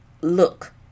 look